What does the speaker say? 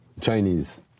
Chinese